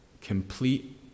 complete